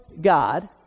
God